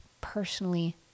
personally